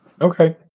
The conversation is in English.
Okay